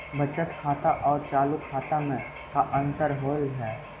बचत खाता और चालु खाता में का अंतर होव हइ?